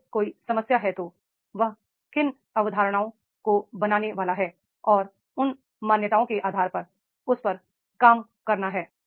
अगर कोई समस्या है तो वह किन धारणाओं को बनाने वाला है और उन मान्यताओं के आधार पर उस पर काम करना है